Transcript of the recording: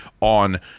on